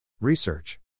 Research